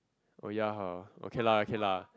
oh ya hor okay lah okay lah